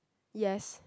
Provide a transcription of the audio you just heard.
yes